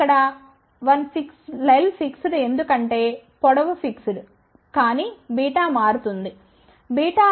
ఇక్కడ l fixed ఎందుకంటే పొడవు ఫిక్స్డ్ కానీ β మారుతోంది β అంటే ఏమిటి